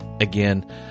again